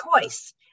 choice